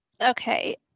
Okay